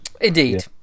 indeed